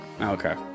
Okay